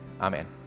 Amen